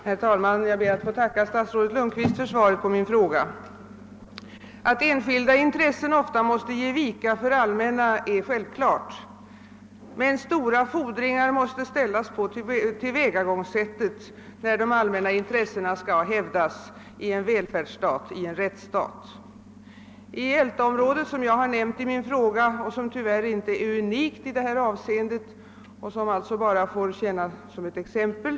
Herr talman! Jag ber att få tacka statsrådet Lundkvist för svaret på min fråga. Att enskilda intressen ofta måste ge vika för allmänna är självklart. Stora fordringar måste emellertid ställas på tillvägagångssättet när de allmänna in iressena skall hävdas i en välfärdsoch rättsstat som vår. Jag har i min fråga nämnt Ältaområdet, som tyvärr inte är unikt i det av mig berörda avseendet och som alltså bara får tjänstgöra som exempel.